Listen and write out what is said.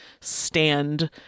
stand